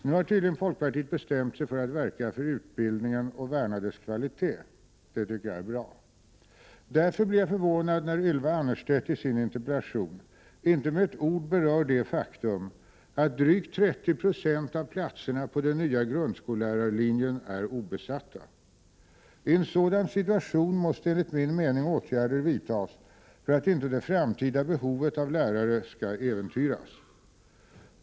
Nu har tydligen folkpartiet bestämt sig för att verka för utbildningen och värna dess kvalitet. Detta tycker jag är bra. Därför blir jag förvånad när Ylva Annerstedt i sin interpellation inte med ett ord berör det faktum att drygt 30 90 av platserna på den nya grundskollärarlinjen är obesatta. I en sådan situation måste enligt min mening åtgärder vidtas för att inte det framtida behovet av lärare skall äventyras.